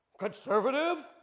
Conservative